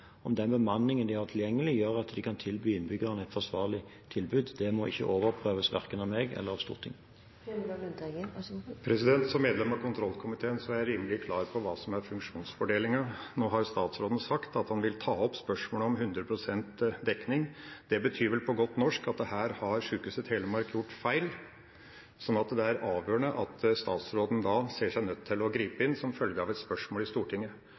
om den bemanningen de har tilgjengelig, gjør at de kan tilby innbyggerne et forsvarlig tilbud. Det må ikke overprøves verken av meg eller av Stortinget. Som medlem av kontrollkomiteen er jeg rimelig klar over hva som er funksjonsfordelingen. Nå har statsråden sagt at han vil ta opp spørsmålet om hundre prosent dekning. Det betyr vel på godt norsk at her har Sykehuset Telemark gjort feil, sånn at det er avgjørende at statsråden ser seg nødt til å gripe inn som følge av et spørsmål i Stortinget.